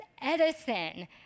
Edison